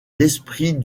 l’esprit